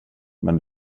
men